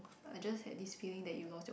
I just had this feeling that you lost your